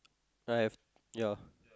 I have ya